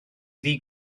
ddi